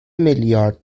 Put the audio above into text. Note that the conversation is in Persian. میلیارد